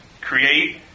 create